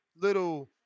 little